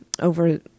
over